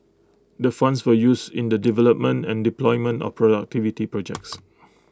the funds were used in the development and deployment of productivity projects